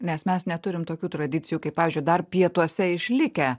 nes mes neturim tokių tradicijų kaip pavyzdžiui dar pietuose išlikę